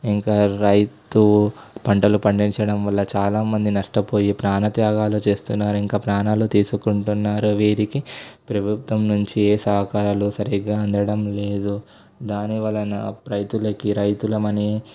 ఇంక రైతు పంటలు పండించడం వల్ల చాలామంది నష్టపోయి ప్రాణత్యాగాలు చేస్తున్నారు ఇంకా ప్రాణాలు తీసుకుంటున్నారు వీరికి ప్రభుత్వం నుంచి ఏ సహకారాలు సరిగ్గా అందడంలేదు దాని వలన రైతులకి రైతులమనే